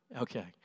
Okay